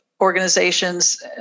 organizations